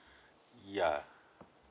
yeah